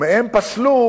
ומהם פסלו,